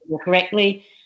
correctly